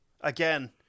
again